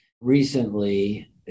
recently